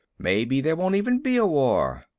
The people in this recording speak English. maybe there won't even be a war.